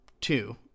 two